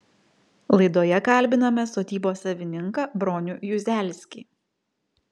laidoje kalbiname sodybos savininką bronių juzelskį